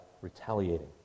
retaliating